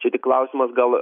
čia tik klausimas gal